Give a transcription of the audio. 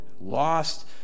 lost